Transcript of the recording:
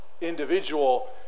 individual